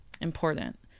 important